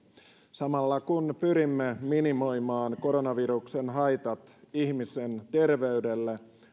samalla kun pyrimme minimoimaan koronaviruksen haitat ihmisen terveydelle